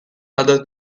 other